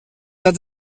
tas